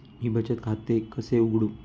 मी बचत खाते कसे उघडू?